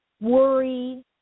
worry